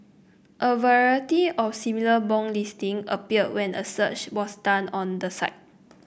a variety of similar bong listing appeared when a search was done on the site